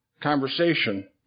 conversation